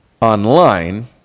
online